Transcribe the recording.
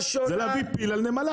זה להביא פיל על נמלה.